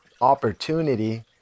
opportunity